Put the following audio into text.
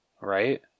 Right